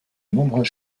nombreuses